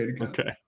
Okay